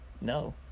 No